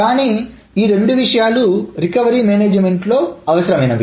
కానీ ఈ రెండు విషయాలు రికవరీ మేనేజ్మెంట్లో అవసరమైనవి